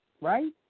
Right